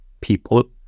people